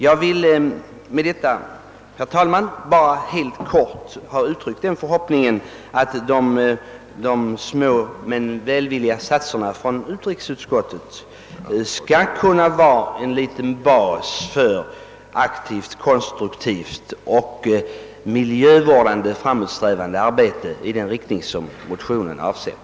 Jag har med detta helt kort velat ge uttryck åt förhoppningen, att de få men välvilliga satserna i utrikesutskottets utlåtande skall kunna utgöra en bas för aktivt och konstruktivt miljövårdande arbete i den riktning som jag förordat i motionen.